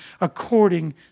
according